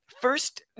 first